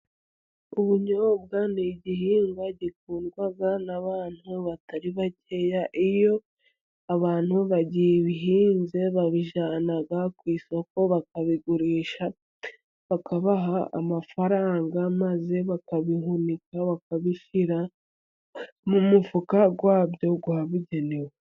Ubunyobwa ni igihingwa gikundwa n'abantu batari bakeya. Iyo abantu babuhinze bakabujyana ku isoko bakabugurisha, bakabaha amafaranga, maze bakabihunika bakabushyira mu mufuka wabwo wabugenewe.